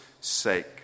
sake